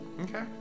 Okay